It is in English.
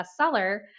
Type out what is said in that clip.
bestseller